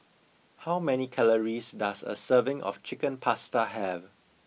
how many calories does a serving of Chicken Pasta have